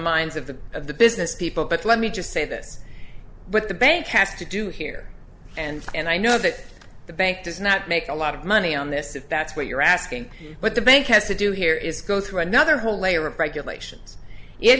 the of the business people but let me just say this but the bank has to do here and and i know that the bank does not make a lot of money on this if that's what you're asking but the bank has to do here is go through another whole layer of regulations it